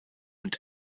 und